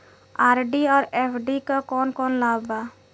RD और FD क कौन कौन लाभ बा?